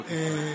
בבקשה.